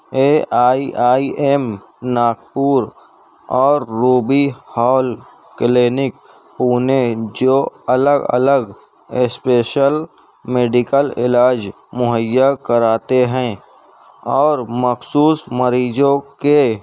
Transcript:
a I I M Nagpur اور Ruby Hall clinic Pune جو الگ الگ اسپیشل میڈیکل علاج مہیا کراتے ہیں اور مخصوص مریضوں کے